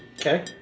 Okay